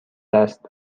است